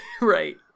Right